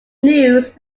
news